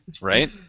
Right